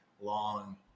long